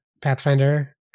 pathfinder